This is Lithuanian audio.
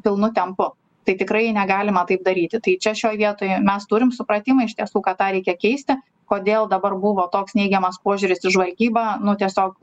pilnu tempu tai tikrai negalima taip daryti tai čia šioj vietoj mes turim supratimą iš tiesų kad tą reikia keisti kodėl dabar buvo toks neigiamas požiūris į žvalgybą nu tiesiog